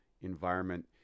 environment